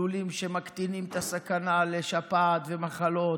לולים שמקטינים את הסכנה לשפעת ומחלות,